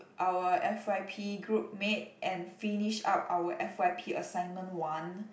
our F_y_P group mate and finish up our F_y_P assignment one